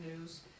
news